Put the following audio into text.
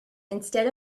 instead